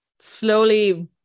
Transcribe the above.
slowly